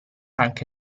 anche